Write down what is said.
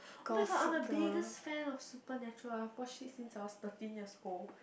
where got other biggest fans of supernatural I watch it since I was thirteen years old